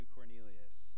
Cornelius